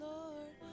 Lord